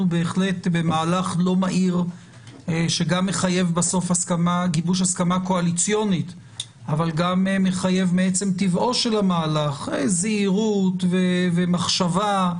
אנחנו במהלך לא מהיר שמחייב הסכמה קואליציונית ומחייב זהירות ומחשבה.